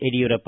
Yediyurappa